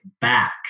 back